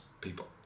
people